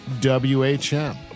whm